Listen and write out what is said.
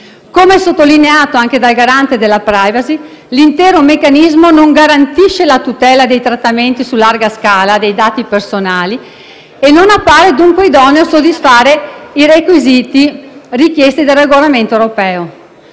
Come sottolineato anche dal Garante per la protezione dei dati personali*,* l'intero meccanismo non assicura la tutela dei trattamenti su larga scala dei dati personali e non appare dunque idoneo a soddisfare i requisiti richiesti dal regolamento europeo.